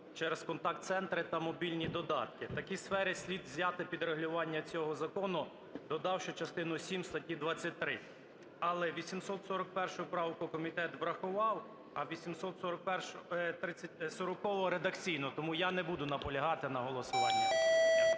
через контакт-центри та мобільні додатки. Такі сфери слід взяти під регулювання цього закону, додавши частину сім статті 23. Але 841 правку комітет врахував, а 840-у - редакційно, тому я не буду наполягати на голосуванні.